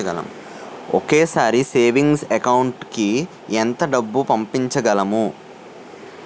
ఒకేసారి savings account కి ఎంత డబ్బు పంపించగలము?